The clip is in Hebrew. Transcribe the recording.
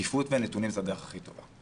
שקיפות בנתונים זו הדרך הכי טובה.